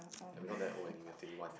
ya we're not that old anyway we're twenty one